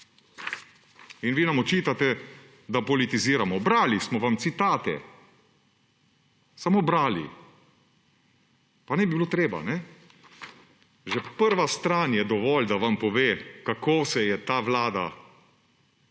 in vi nam očitate, da politiziramo. Brali smo vam citate, samo brali, pa ne bi bilo treba. Že prva stran je dovolj, da vam pove, kako se je ta vlada